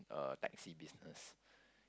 uh taxi business